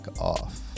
off